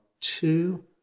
two